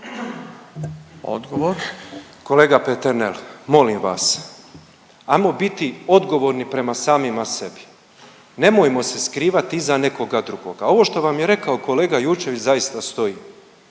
(MOST)** Kolega Peternel molim vas, hajmo biti odgovorni prema samima sebi. Nemojmo se skrivati iza nekoga drugoga. Ovo što vam je rekao kolega Jurčević zaista stoji.